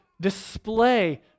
display